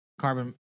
Carbon